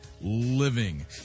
Living